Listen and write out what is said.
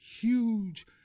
huge